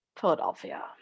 Philadelphia